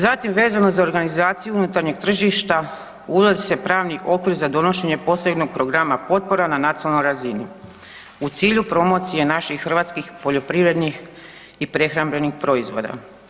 Zatim vezano za organizaciju unutarnjeg tržišta uvodi se pravni okvir za donošenje posebnog programa potpora na nacionalnoj razini u cilju promocije naših hrvatskih poljoprivrednih i prehrambenih proizvoda.